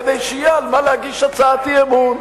כדי שיהיה על מה להגיש הצעת אי-אמון,